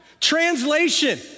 Translation